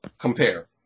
compare